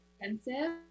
expensive